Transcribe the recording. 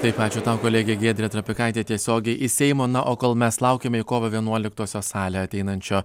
taip ačiū tau kolegė giedrė trapikaitė tiesiogiai iš seimo na o kol mes laukiame į kovo vienuoliktosios salę ateinančio